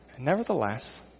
Nevertheless